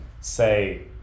say